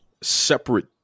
separate